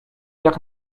jak